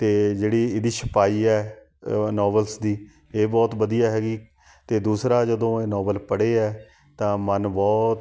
ਅਤੇ ਜਿਹੜੀ ਇਹਦੀ ਛਪਾਈ ਹੈ ਨੋਵਲਸ ਦੀ ਇਹ ਬਹੁਤ ਵਧੀਆ ਹੈਗੀ ਅਤੇ ਦੂਸਰਾ ਜਦੋਂ ਇਹ ਨੋਵਲ ਪੜ੍ਹੇ ਆ ਤਾਂ ਮਨ ਬਹੁਤ